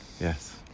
yes